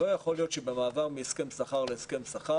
לא יכול להיות שבמעבר מהסכם שכר להסכם שכר